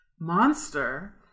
monster